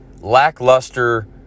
lackluster